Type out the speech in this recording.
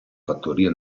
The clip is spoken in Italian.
fattoria